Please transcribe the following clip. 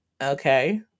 okay